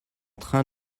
train